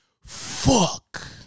Fuck